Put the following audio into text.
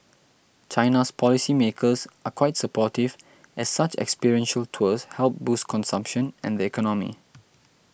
China's policy makers are quite supportive as such experiential tours help boost consumption and the economy